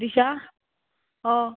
दिशा